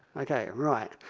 ok, right.